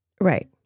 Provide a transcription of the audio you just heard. Right